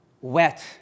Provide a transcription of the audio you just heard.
wet